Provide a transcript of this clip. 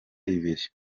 ibiri